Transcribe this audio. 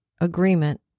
agreement